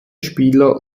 spieler